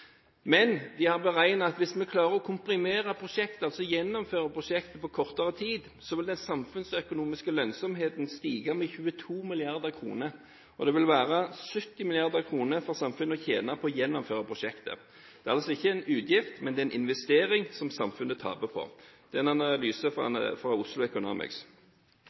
Men de har beregnet at hvis man klarer å komprimere prosjektet og gjennomføre prosjektet på kortere tid, vil den samfunnsøkonomiske lønnsomheten stige med 22 mrd. kr. Det vil være 70 mrd. kr for samfunnet å tjene på å gjennomføre prosjektet. Det er altså ikke en utgift, men en investering som samfunnet tjener på. Det er en analyse fra Oslo Economics.